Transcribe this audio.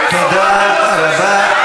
תודה רבה.